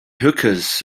hookahs